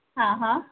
हां हां